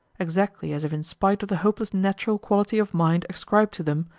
exactly as if in spite of the hopeless natural quality of mind ascribed to them,